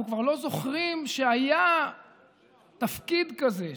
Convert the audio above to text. אנחנו כבר לא זוכרים שהיה תפקיד כזה,